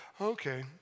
Okay